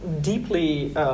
deeply